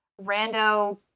rando